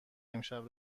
امشب